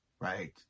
right